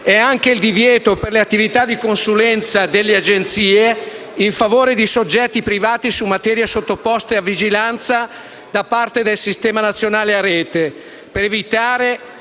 è anche il divieto per le attività di consulenza delle Agenzie in favore di soggetti privati su materie sottoposte a vigilanza da parte del Sistema nazionale a rete, per evitare